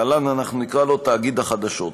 להלן אנחנו נקרא לו "תאגיד החדשות".